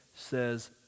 says